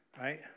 right